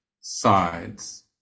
sides